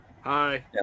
Hi